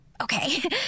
Okay